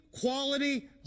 quality